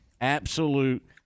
absolute